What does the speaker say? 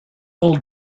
old